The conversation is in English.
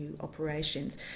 operations